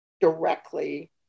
directly